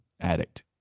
addict